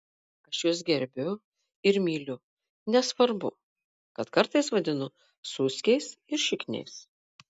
aš juos gerbiu ir myliu nesvarbu kad kartais vadinu suskiais ir šikniais